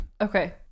Okay